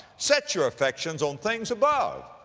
set your affections on things above,